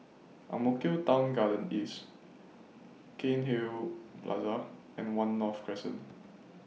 Ang Mo Kio Town Garden East Cairnhill Plaza and one North Crescent